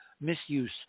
misuse